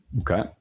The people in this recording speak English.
okay